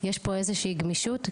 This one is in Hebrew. יש פה איזושהי גמישות,